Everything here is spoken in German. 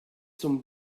zum